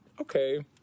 okay